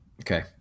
okay